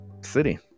city